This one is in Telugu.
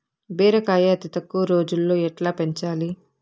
బీరకాయ అతి తక్కువ రోజుల్లో ఎట్లా పెంచాలి?